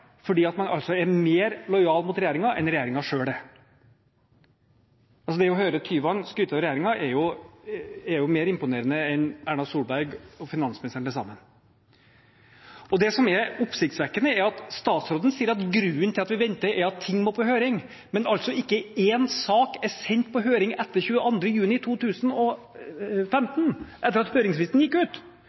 fordi man er mer lojal mot regjeringen enn regjeringen selv er. Tyvands skryt av regjeringen er mer imponerende enn Erna Solbergs og finansministerens skryt til sammen. Det som er oppsiktsvekkende, er at statsråden sier at grunnen til at man må vente, er at ting må på høring. Men ikke én sak er sendt på høring etter den 22. juni 2015, etter at høringsfristen gikk ut.